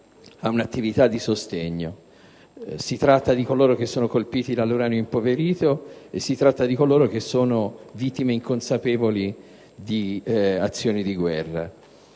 ad una attività di sostegno. Si tratta di coloro che sono colpiti dall'uranio impoverito e di coloro che sono vittime inconsapevoli di azioni di guerra.